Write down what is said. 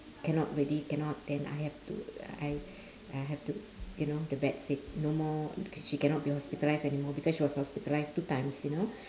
cannot ready cannot then I have to I I have to you know the vet said no more she cannot be hospitalised anymore because she was hospitalised two times you know